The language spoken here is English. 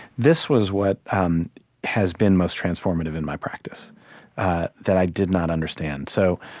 this was what um has been most transformative in my practice that i did not understand. so